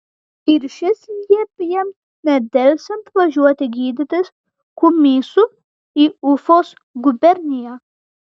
ir šis liepė jam nedelsiant važiuoti gydytis kumysu į ufos guberniją